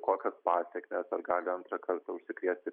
kokios pasekmės gali antrą kartą užsikrėsti